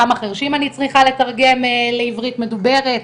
כמה חרשים אני צריכה לתרגם לעברית מדוברת,